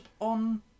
on